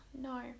no